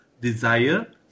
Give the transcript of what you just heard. desire